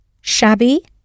shabby